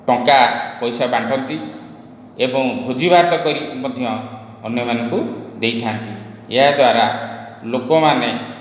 ଟଙ୍କା ପଇସା ବାଣ୍ଟନ୍ତି ଏବଂ ଭୋଜିଭାତ କରିକି ମଧ୍ୟ ଅନ୍ୟମାନଙ୍କୁ ଦେଇଥାନ୍ତି ଏହାଦ୍ୱାରା ଲୋକମାନେ